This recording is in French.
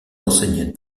enseigne